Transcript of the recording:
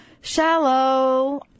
shallow